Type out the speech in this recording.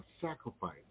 sacrifice